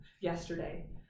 yesterday